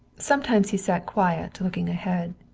sometimes he sat quiet, looking ahead.